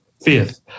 Fifth